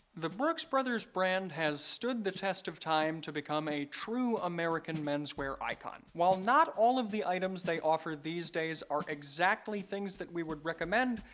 the brooks brothers brand has stood the test of time to become a true american menswear icon while not all of the items they offer these days are exactly things that we would recommend.